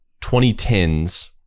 2010s